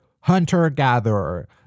hunter-gatherer